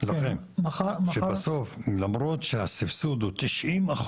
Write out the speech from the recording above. שבסוף, למרות שהסבסוד הוא 90%,